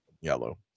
yellow